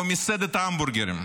או מסעדת המבורגרים?